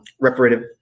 reparative